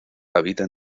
habita